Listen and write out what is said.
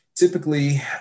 Typically